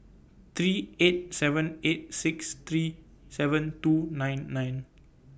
three eight seven eight six three seven two nine nine